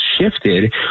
shifted